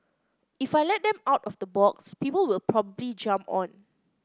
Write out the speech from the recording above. if I let them out of the box people will probably jump on